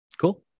Cool